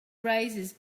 razors